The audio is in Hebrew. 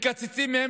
מקצצים מהם